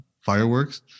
fireworks